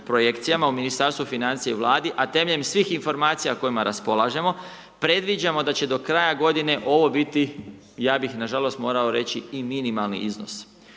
projekcijama u Ministarstvu financija i Vladi, a temeljem svih informacija kojima raspolažemo, predviđamo da će do kraja godine ovo biti, ja bih na žalost morao reći, i minimalni iznos.